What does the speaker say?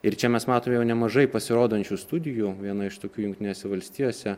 ir čia mes matome jau nemažai pasirodančių studijų viena iš tokių jungtinėse valstijose